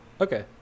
Okay